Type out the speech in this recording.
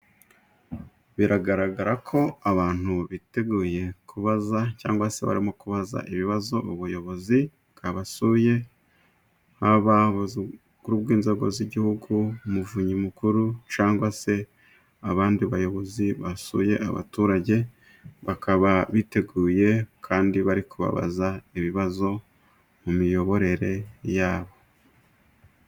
Biragaragara ko abantu biteguye kubaza cyangwa se barimo kubaza ibibazo ubuyobozi bwabasuye, haba inzego z'igihugu, Umuvunyi Mukuru cyangwa se abandi bayobozi basuye abaturage, bakaba biteguye kandi bari kubabaza ibibazo mu miyoborere yabo.